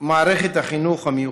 מערכת החינוך המיוחד.